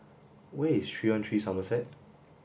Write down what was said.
where is three hundred Somerset